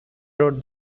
wrote